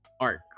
arc